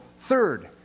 Third